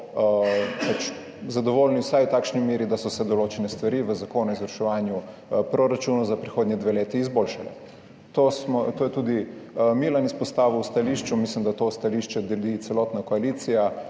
zadovoljni vsaj v takšni meri, da so se določene stvari v zakonu o izvrševanju proračunov za prihodnji dve leti izboljšale. To je izpostavil tudi Milan v stališču, mislim, da to stališče deli celotna koalicija.